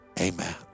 Amen